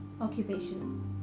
occupation